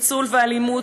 ניצול ואלימות,